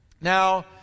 Now